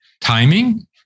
Timing